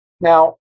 Now